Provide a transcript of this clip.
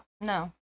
No